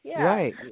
Right